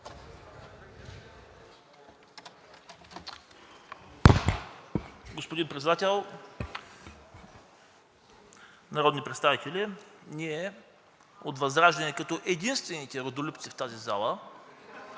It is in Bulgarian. Господин Председател, народни представители! Ние от ВЪЗРАЖДАНЕ като единствените родолюбци в тази зала